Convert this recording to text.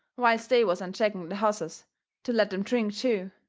whilst they was unchecking the hosses to let them drink too,